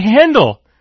handle